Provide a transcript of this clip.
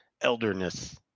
elderness